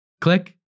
click